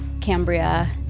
Cambria